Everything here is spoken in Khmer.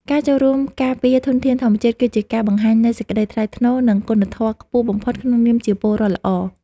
ការចូលរួមការពារធនធានធម្មជាតិគឺជាការបង្ហាញនូវសេចក្តីថ្លៃថ្នូរ និង គុណធម៌ខ្ពស់បំផុតក្នុងនាមជាពលរដ្ឋល្អ។